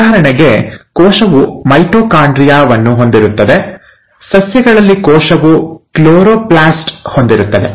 ಉದಾಹರಣೆಗೆ ಕೋಶವು ಮೈಟೊಕಾಂಡ್ರಿಯಾ ವನ್ನು ಹೊಂದಿರುತ್ತದೆ ಸಸ್ಯಗಳಲ್ಲಿ ಕೋಶವು ಕ್ಲೋರೊಪ್ಲ್ಯಾಸ್ಟ್ ಹೊಂದಿರುತ್ತದೆ